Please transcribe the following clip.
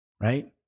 Right